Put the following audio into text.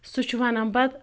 سُہ چھُ وَنان پَتہٕ